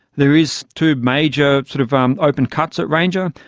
there is two major sort of um open cuts at ranger.